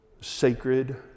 sacred